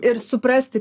ir suprasti